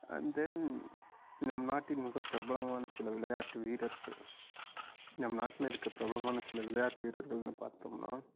and then நம் நாட்டின் மிக பிரபலமான சில விளையாட்டு வீரர்கள் நம் நாட்டில் இருக்கிற பிரபலமான சில விளையாட்டு வீரர்கள்னு பார்த்தம்னா